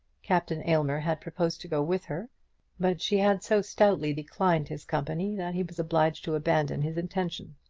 captain aylmer had proposed to go with her but she had so stoutly declined his company that he was obliged to abandon his intention.